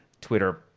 Twitter